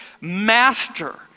master